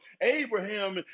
abraham